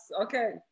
okay